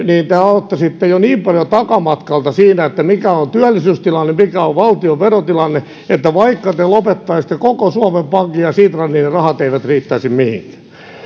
niin te aloittaisitte jo niin paljon takamatkalta siinä mikä on työllisyystilanne mikä on valtion verotilanne että vaikka te lopettaisitte koko suomen pankin ja sitran niin rahat eivät riittäisi mihinkään